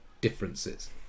differences